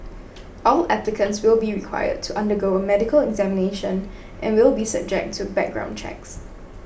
all applicants will be required to undergo a medical examination and will be subject to background checks